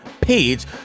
page